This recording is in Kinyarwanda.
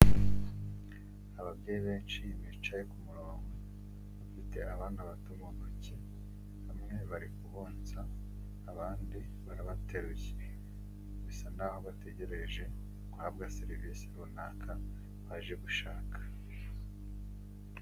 Ababyeyi benshi bicaye ku murongo bafite abana bato mu ntoki, bamwe bari kubonsa abandi barabateruye, bisa n'aho bategereje guhabwa serivisi runaka baje gushaka.